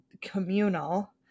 communal